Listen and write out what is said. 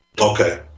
okay